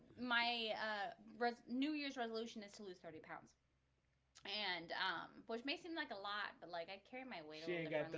my ah but new year's resolution is to lose thirty pounds and um which may seem like a lot but like i carry my weapon